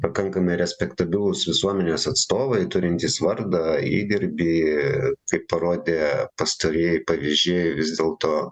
pakankamai respektabilūs visuomenės atstovai turintys vardą įdirbį kaip parodė pastarieji pavyzdžiai vis dėlto